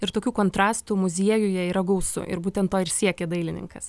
ir tokių kontrastų muziejuje yra gausu ir būtent to ir siekė dailininkas